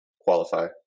qualify